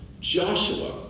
Joshua